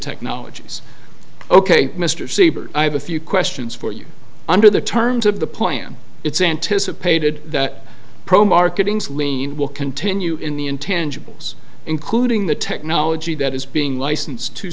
technologies ok mr siebert i have a few questions for you under the terms of the plan it's anticipated that pro marketing's lien will continue in the intangibles including the technology that is being licensed to